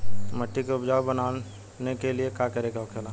मिट्टी के उपजाऊ बनाने के लिए का करके होखेला?